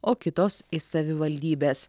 o kitos iš savivaldybės